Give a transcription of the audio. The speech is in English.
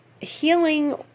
healing